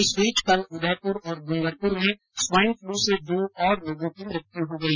इस बीच कल उदयपुर और डूंगरपुर में स्वाईन फ्लू से दो और लोगों की मृत्यु हो गई